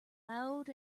loud